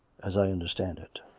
as i understand it.